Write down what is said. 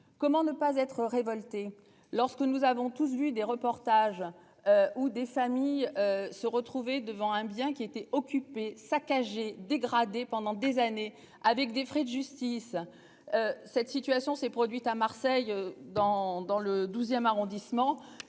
Comment ne pas être révolté, lorsque nous avons tous vu des reportages. Ou des familles se retrouver devant un bien qui était occupé saccagé dégradé pendant des années avec des frais de justice. Cette situation s'est produite à Marseille dans dans le 12ème arrondissement